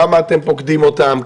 כמה אתם פוקדים אותם?